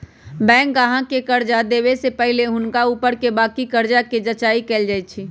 bank गाहक के कर्जा देबऐ से पहिले हुनका ऊपरके बाकी कर्जा के जचाइं कएल जाइ छइ